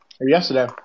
yesterday